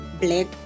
black